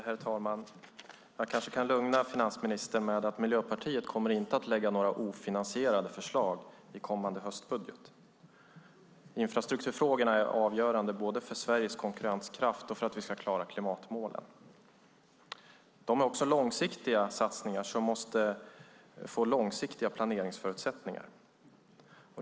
Herr talman! Kanske kan jag lugna finansministern genom att säga att Miljöpartiet inte kommer att lägga fram några ofinansierade förslag i den kommande höstbudgeten. Infrastrukturfrågorna är avgörande både för Sveriges konkurrenskraft och för att vi ska klara klimatmålen - långsiktiga satsningar som måste få långsiktiga planeringsförutsättningar.